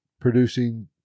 producing